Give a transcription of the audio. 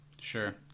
Sure